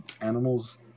animals